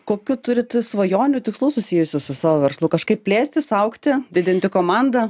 kokių turit svajonių tikslų susijusių su savo verslu kažkaip plėstis augti didinti komandą